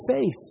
faith